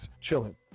chilling